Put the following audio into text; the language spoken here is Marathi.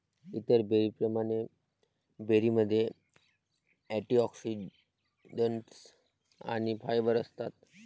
इतर बेरींप्रमाणे, बेरीमध्ये अँटिऑक्सिडंट्स आणि फायबर असतात